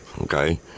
okay